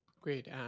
Great